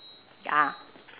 ya